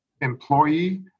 employee